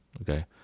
okay